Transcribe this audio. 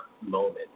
moment